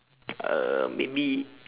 uh maybe